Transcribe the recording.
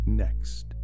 Next